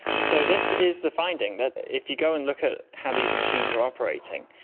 so this is the finding, that if you go and look at how these machines are operating,